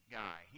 guy